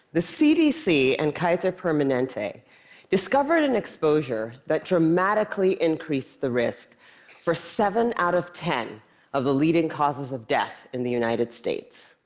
the cdc and kaiser permanente discovered an exposure that dramatically increased the risk for seven out of ten of the leading causes of death in the united states.